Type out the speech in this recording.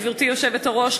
גברתי היושבת-ראש,